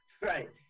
right